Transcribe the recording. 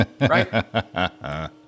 Right